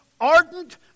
ardent